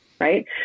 Right